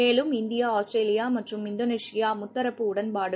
மேலும் India Australia மற்றும் Indonesia முத்தரப்பு உடன்பாடுகள்